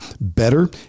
better